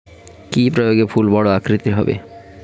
কি প্রয়োগে ফুল বড় আকৃতি হবে?